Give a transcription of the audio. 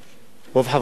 רוב חברי הבית,